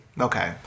Okay